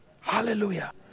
Hallelujah